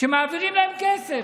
שמעבירים להם כסף.